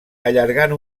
allargant